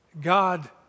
God